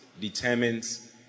determines